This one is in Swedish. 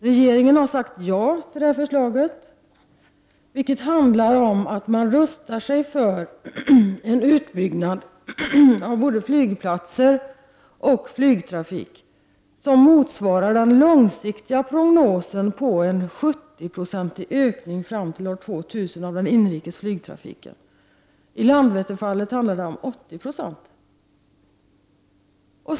Regeringen har sagt ja till detta förslag. Detta förslag innebär att man rustar för en utbyggnad av både flygplatser och flygtrafik som motsvarar den långsiktiga prognosen på en 70-procentig ökning av den inrikes flygtrafiken fram till år 2000. För Landvetter handlar det om 80 96.